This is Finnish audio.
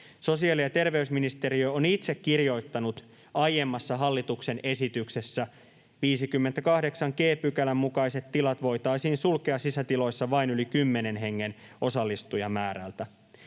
Sosiaali- ja terveysministeriö on itse kirjoittanut aiemmassa hallituksen esityksessä, että 58 g §:n mukaiset tilat voitaisiin sulkea sisätiloissa vain yli kymmenen hengen osallistujamäärältä.